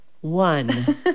one